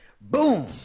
Boom